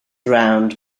round